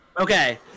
Okay